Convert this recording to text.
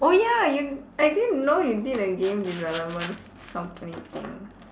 oh ya you I didn't know you did a game development company thing